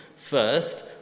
First